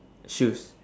shoes